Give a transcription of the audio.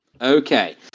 Okay